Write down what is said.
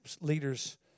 leaders